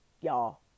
y'all